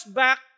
back